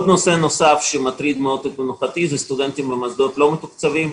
נושא נוסף שמטריד מאוד את מנוחתי זה סטודנטים במוסדות לא מתוקצבים.